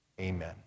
Amen